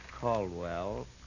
Caldwell